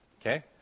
Okay